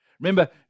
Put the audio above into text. Remember